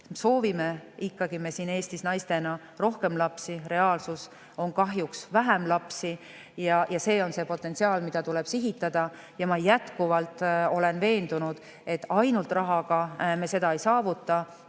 soovime naistena ikkagi rohkem lapsi, reaalsus on kahjuks vähem lapsi. See on see potentsiaal, mida tuleb sihitada. Ma olen jätkuvalt veendunud, et ainult rahaga me seda ei saavuta.